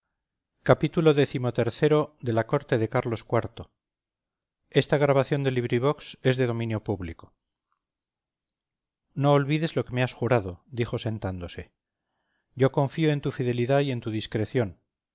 xxvi xxvii xxviii la corte de carlos iv de benito pérez galdós no olvides lo que me has jurado dijo sentándose yo confío en tu fidelidad y en tu discreción